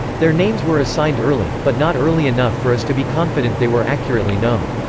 their names were assigned early, but not early enough for us to be confident they were accurately known.